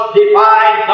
divine